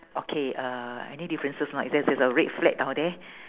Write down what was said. okay uh any differences or not there~ there's a red flag down there